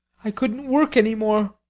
i couldn't work any more.